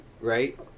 right